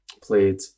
played